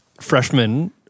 freshman